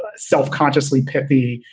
ah self consciously pithy,